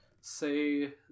say